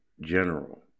general